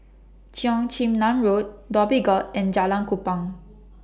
Cheong Chin Nam Road Dhoby Ghaut and Jalan Kupang